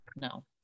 no